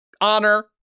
honor